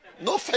No